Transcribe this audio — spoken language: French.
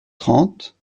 trente